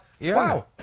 wow